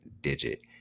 Digit